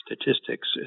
statistics